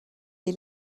est